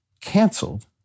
Canceled